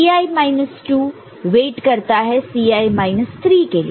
Ci minus 2 wait करता है Ci minus 3 के लिए